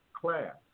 class